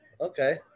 Okay